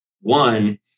one